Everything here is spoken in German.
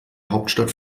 hauptstadt